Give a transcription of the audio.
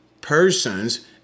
persons